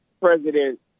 President